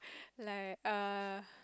like err